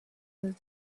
was